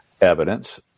evidence